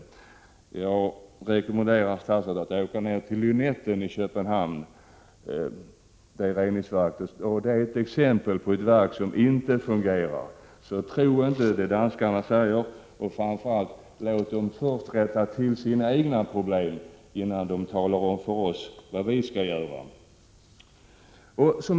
Jag rekommenderar statsrådet att åka till Lynetten i Köpenhamn, dvs. reningsverket där. Det är exempel på ett verk som inte fungerar. Tro därför inte vad danskarna säger, och framför allt: Låt dem först komma till rätta med sina egna problem — innan de talar om för oss vad vi skall göra.